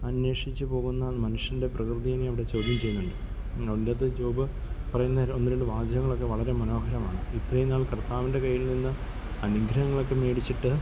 അന്വേഷിച്ച് പോകുന്ന മനുഷ്യൻ്റെ പ്രകൃതിയിനെ അവിടെ ചോദ്യം ചെയ്യുന്നുണ്ട് അതിൻ്റെ അകത്ത് ജോബ് പറയുന്ന ഒന്നു രണ്ട് വാചകങ്ങളൊക്കെ വളരെ മനോഹരമാണ് ഇത്രയും നാൾ കർത്താവിൻ്റെ കയ്യിൽ നിന്ന് അനുഗ്രഹങ്ങളൊക്കെ മേടിച്ചിട്ട്